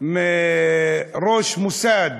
מראש מוסד